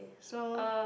so